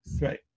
right